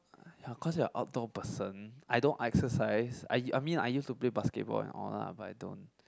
ya cause you're outdoor person I don't exercise I I mean I used to play basketball and all lah but I don't